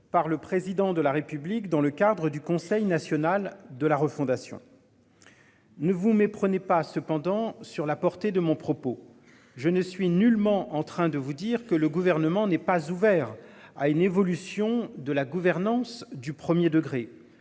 par le président de la République dans le cadre du Conseil national de la refondation. Ne vous méprenez pas cependant sur la portée de mon propos, je ne suis nullement en train de vous dire que le gouvernement n'est pas ouvert à une évolution de la gouvernance du 1er degré.